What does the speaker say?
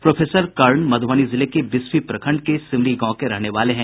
professor Karn Madhubani जिले के बिस्फी प्रखंड के सिमरी गांव के रहने वाले हैं